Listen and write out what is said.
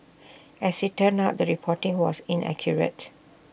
as IT turned out the reporting was inaccurate